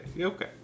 Okay